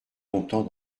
longtemps